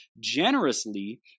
generously